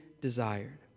desired